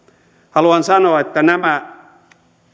haluan sanoa että nämä